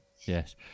Yes